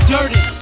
Dirty